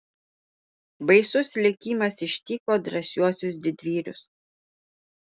baisus likimas ištiko drąsiuosius didvyrius